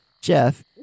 Jeff